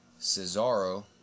Cesaro